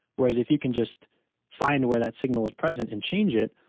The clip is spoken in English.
whereas, if you can just find where that signal is present and change it,